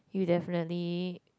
you definitely